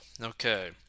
Okay